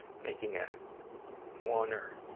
making a one or